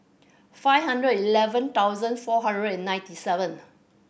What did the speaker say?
five hundred eleven thousand four hundred and ninety seven